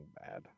bad